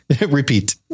Repeat